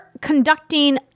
conducting